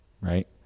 Right